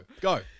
go